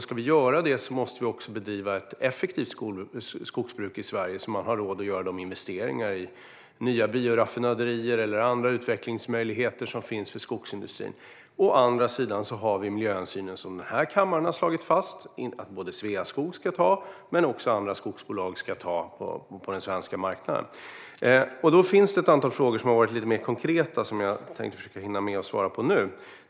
Ska vi göra det måste vi också bedriva ett effektivt skogsbruk i Sverige, så att man har råd att göra investeringar i nya bioraffinaderier eller andra utvecklingsmöjligheter som finns för skogsindustrin. Å andra sidan har vi miljöhänsynen, som den här kammaren slagit fast att både Sveaskog och andra skogsbolag på den svenska marknaden ska ta. Det finns ett antal lite mer konkreta frågor som jag tänkte försöka hinna svara på nu.